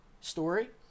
story